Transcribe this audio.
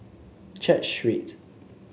Church Street